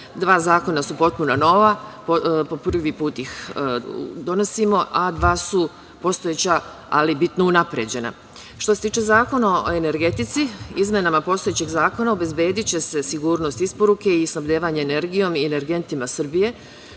Dva zakona su potpuno nova, po prvi put ih donosimo, a dva su postojeća ali bitno unapređena. Što se tiče Zakona o energetici izmenama postojećeg zakona, obezbediće se sigurnost isporuke i snabdevanje energijom i energentima Srbije,